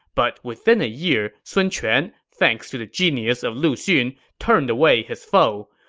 but within a year, sun quan, thanks to the genius of lu xun, turned away his foe.